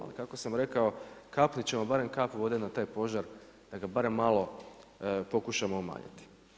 Ali kako sam rekao kapnuti ćemo barem kap vode na taj požar da ga barem malo pokušamo umanjiti.